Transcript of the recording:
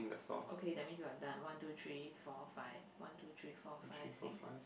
okay that means you're done one two three four five one two three four five six